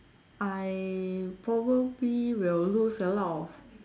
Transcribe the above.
I probably will lose a lot of